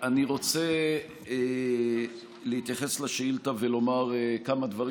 אני רוצה להתייחס לשאילתה ולומר כמה דברים